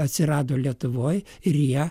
atsirado lietuvoj ir jie